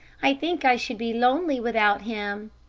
i think i should be lonely without him.